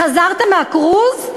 חזרתם מהקרוז?